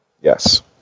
Yes